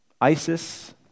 ISIS